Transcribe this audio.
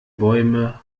bäume